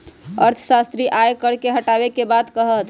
अर्थशास्त्री आय कर के हटावे के बात कहा हथिन